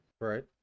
Right